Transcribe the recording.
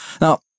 Now